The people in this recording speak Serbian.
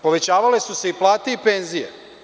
Povećavale su se i plate i penzije.